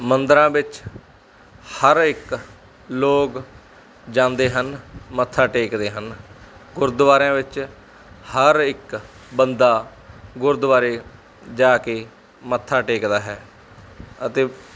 ਮੰਦਰਾਂ ਵਿੱਚ ਹਰ ਇੱਕ ਲੋਕ ਜਾਂਦੇ ਹਨ ਮੱਥਾ ਟੇਕਦੇ ਹਨ ਗੁਰਦੁਆਰਿਆਂ ਵਿੱਚ ਹਰ ਇੱਕ ਬੰਦਾ ਗੁਰਦੁਆਰੇ ਜਾ ਕੇ ਮੱਥਾ ਟੇਕਦਾ ਹੈ ਅਤੇ